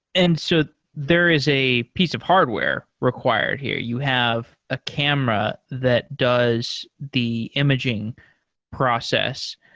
and so there is a piece of hardware required here. you have a camera that does the imaging process.